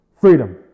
Freedom